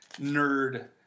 nerd